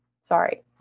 sorry